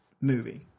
movie